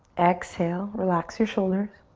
exhale, relax your shoulders.